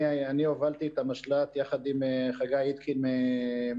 אני הובלתי את המשל"ט יחד עם ח"א מהמוסד